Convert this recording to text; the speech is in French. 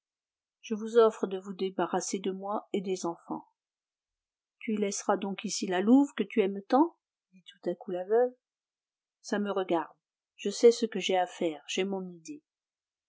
je vous offre de vous débarrasser de moi et des enfants tu laisseras donc ici la louve que tu aimes tant dit tout à coup la veuve ça me regarde je sais ce que j'ai à faire j'ai mon idée